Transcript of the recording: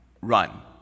Run